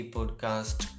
Podcast